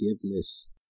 forgiveness